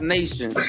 Nation